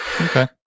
Okay